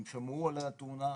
הם שמעו על התאונה,